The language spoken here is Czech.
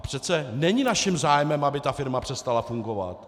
Přece není naším zájmem, aby ta firma přestala fungovat.